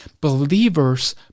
believers